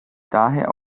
daher